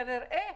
כנראה,